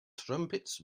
trumpets